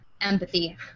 empathy